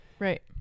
right